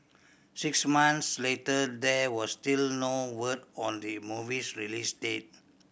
six months later there was still no word on the movie's release date